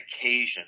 occasion